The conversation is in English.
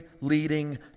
leading